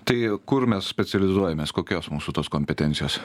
tai kur mes specializuojamės kokios mūsų tos kompetencijos